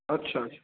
अच्छा अच्छा